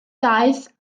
daeth